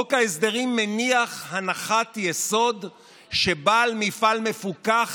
חוק ההסדרים מניח הנחת יסוד שבעל מפעל מפוקח